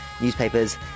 newspapers